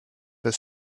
the